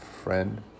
Friend